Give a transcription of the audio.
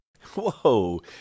Whoa